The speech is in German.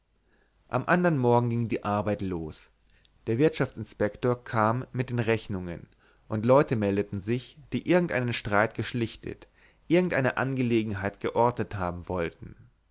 am andern morgen ging die arbeit los der wirtschaftsinspektor kam mit den rechnungen und leute meldeten sich die irgendeinen streit geschlichtet irgendeine angelegenheit geordnet haben wollten